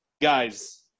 Guys